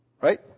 Right